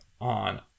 on